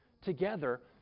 together